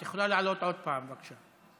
את יכולה לעלות עוד פעם, בבקשה.